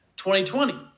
2020